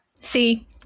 See